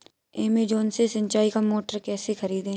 Amazon से सिंचाई का मोटर कैसे खरीदें?